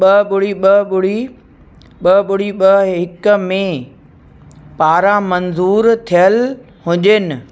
ॿ ॿुड़ी ॿ ॿुड़ी ॿ ॿुड़ी ॿ हिक में पारां मंज़ूरु थियलु हुजनि